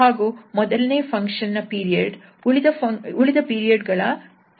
ಹಾಗೂ ಮೊದಲ ಫಂಕ್ಷನ್ ನ ಪೀರಿಯಡ್ ಉಳಿದ ಪೀರಿಯಡ್ ಗಳ ಅಪವರ್ತನ ಆಗಿರುತ್ತದೆ